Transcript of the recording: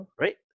Right